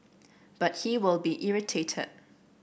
but he will be irritated